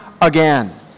again